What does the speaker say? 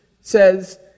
says